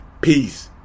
peace